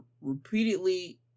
repeatedly